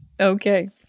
Okay